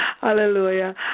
Hallelujah